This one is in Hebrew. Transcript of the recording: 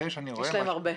יש להם הרבה.